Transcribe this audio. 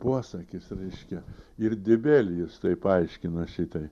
posakis reiškia ir dibelijus tai paaiškino šitai